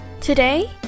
Today